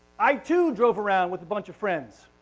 i too drove around with a bunch of friends,